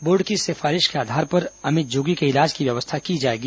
board की सिफारिश के आधार पर अमित के इलाज की व्यवस्था की जाएगी